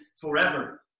forever